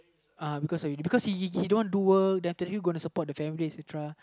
uh because you know because he he he don't want do work then after that who's going to support the family etc